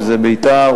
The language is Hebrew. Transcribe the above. אם "בית"ר",